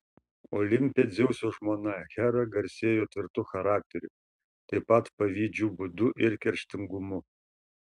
olimpe dzeuso žmona hera garsėjo tvirtu charakteriu taip pat pavydžiu būdu ir kerštingumu